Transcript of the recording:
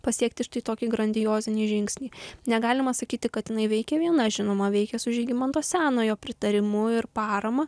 pasiekti štai tokį grandiozinį žingsnį negalima sakyti kad jinai veikė viena žinoma veikė su žygimanto senojo pritarimu ir parama